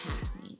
passing